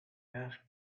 asked